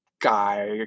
guy